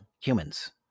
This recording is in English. humans